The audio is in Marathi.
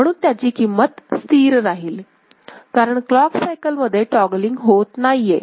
म्हणून त्याची किंमत स्थिर राहील कारण क्लॉक सायकल मध्ये टौगलिंग होत नाहीये